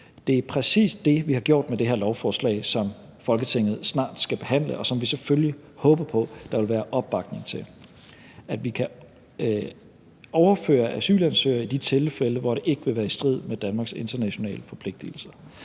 Det er præcis det, vi har gjort med det her lovforslag, som Folketinget snart skal behandle, og som vi selvfølgelig håber på der vil være opbakning til, sådan at vi kan overføre asylansøgere i de tilfælde, hvor det ikke vil være i strid med Danmarks internationale forpligtigelser.